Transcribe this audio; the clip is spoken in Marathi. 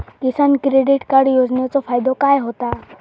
किसान क्रेडिट कार्ड योजनेचो फायदो काय होता?